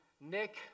Nick